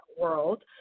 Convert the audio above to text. world